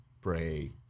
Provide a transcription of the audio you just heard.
pray